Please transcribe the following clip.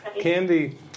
Candy